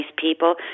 people